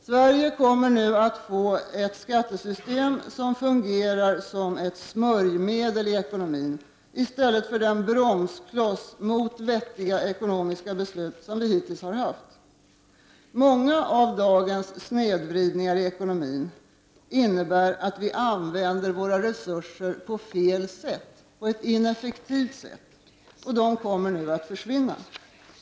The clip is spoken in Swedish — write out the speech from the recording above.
Sverige kommer nu att få ett skattesystem som fungerar som ett smörjmedel i ekonomin, i stället för den bromskloss mot vettiga ekonomiska beslut som vi hittills har haft. Många av dagens snedvridningar i ekonomin, som innebär att vi använder våra resurser på ett ineffektivt sätt, kommer att försvinna.